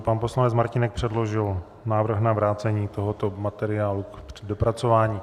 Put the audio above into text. Pan poslanec Martínek předložil návrh na vrácení tohoto materiálu k dopracování.